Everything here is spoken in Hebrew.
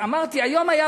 היום הייתה